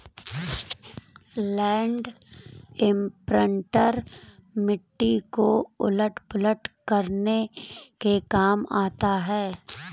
land imprinter मिट्टी को उलट पुलट करने के काम आता है